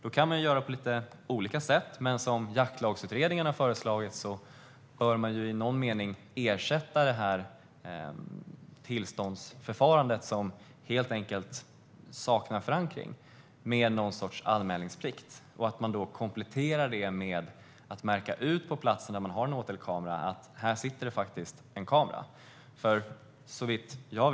Då kan man göra på lite olika sätt. Jaktlagsutredningen har föreslagit att man i någon mening bör ersätta detta tillståndsförfarande, som helt enkelt saknar förankring, med någon sorts anmälningsplikt och att man då kompletterar detta med att man på de platser där man har en åtelkamera märker ut att det faktiskt sitter en kamera där.